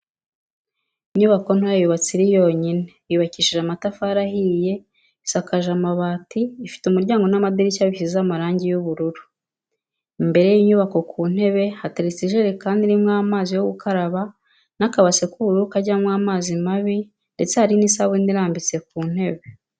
Inyubako ntoya yubatse iri yonyine, yubakishije amatafari ahiye isakaje amabati ifite umuryango n'amadirishya bisize amarangi y'ubururu, imbere y'inyubako ku ntebe hateretse ijerekani irimo amazi yo gukaraba n'akabase k'ubururu kajyamo amazi mabi ndetse hari n'isabuni irambitse ku ntebe.